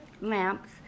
lamps